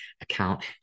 account